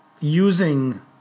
using